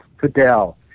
Fidel